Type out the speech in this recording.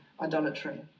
idolatry